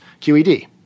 QED